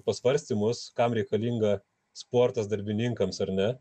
pasvarstymus kam reikalinga sportas darbininkams ar ne